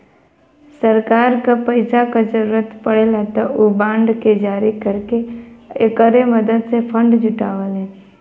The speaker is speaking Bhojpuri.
सरकार क पैसा क जरुरत पड़ला त उ बांड के जारी करके एकरे मदद से फण्ड जुटावलीन